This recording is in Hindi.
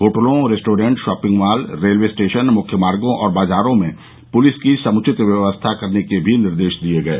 होटलों restaurant shopping mall railway station मुख्य मार्गो और बाजारों में पुलिंस की समुचित व्यवस्था करने के भी निर्देश दिये गये